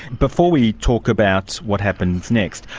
before we talk about what happens next,